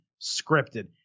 scripted